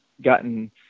gotten